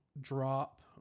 drop